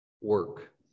work